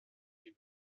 die